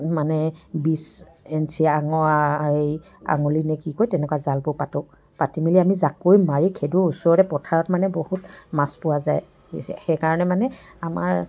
মানে বিছ ইঞ্চি আঙা হেৰি আঙুলি নে কি কয় তেনেকুৱা জালবোৰ পাতোঁ পাতি মেলি আমি জাকৈ মাৰি খেদোঁ ওচৰৰে পথাৰত মানে বহুত মাছ পোৱা যায় সেইইকাৰণে মানে আমাৰ